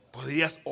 Podrías